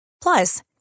Plus